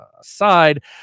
aside